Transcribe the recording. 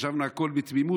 חשבנו שהכול נעשה בתמימות,